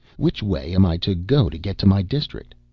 which way am i to go to get to my district?